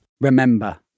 Remember